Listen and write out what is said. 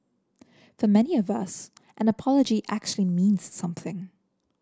for many of us an apology actually means something